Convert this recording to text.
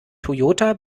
toyota